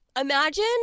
imagine